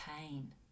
pain